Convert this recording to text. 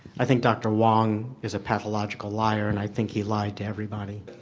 i think dr hwang is a pathological liar and i think he lied to everybody.